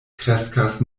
kreskas